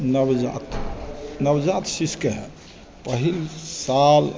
नवजात नवजात शिशुके पहिल साल